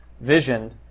vision